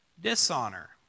dishonor